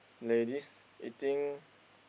ladies eating